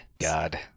God